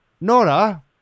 Nora